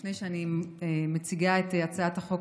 לפני שאני מציגה את הצעת החוק,